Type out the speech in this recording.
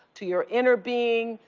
to your inner being,